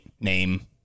name